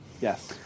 Yes